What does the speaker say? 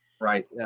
right